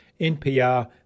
NPR